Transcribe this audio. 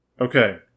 Okay